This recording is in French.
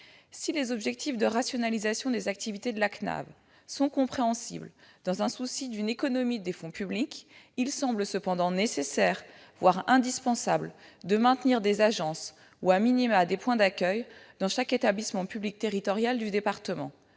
Si les objectifs de rationalisation des activités de la CNAV sont compréhensibles, dans un souci d'économie des fonds publics, il semble cependant nécessaire, voire indispensable de maintenir des agences ou,, des points d'accueil dans chaque établissement public territorial du département.